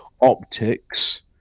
optics